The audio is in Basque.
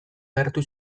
gertu